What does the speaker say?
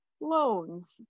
loans